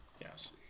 Yes